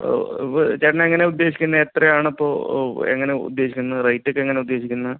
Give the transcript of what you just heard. ഇപ്പോൾ ചേട്ടനെങ്ങനെയാണ് ഉദ്ദേശിക്കുന്നത് എത്രയാണപ്പോൾ എങ്ങനെയാണ് ഉദ്ദേശിക്കുന്നത് റേയ്റ്റൊക്കെ എങ്ങനെയാണ് ഉദ്ദേശിക്കുന്നത്